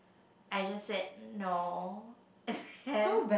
I just said no then